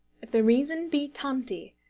if the reason be tanti,